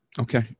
Okay